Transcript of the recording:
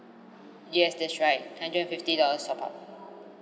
yes that's right hundred and fifty dollars top up